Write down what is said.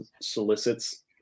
solicits